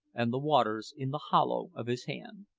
and the waters in the hollow of his hand.